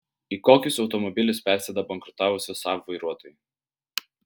į kokius automobilius persėda bankrutavusio saab vairuotojai